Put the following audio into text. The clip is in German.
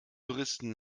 touristen